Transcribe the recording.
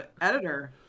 Editor